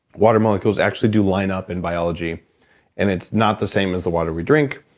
water molecules actually do line up in biology and it's not the same as the water we drink.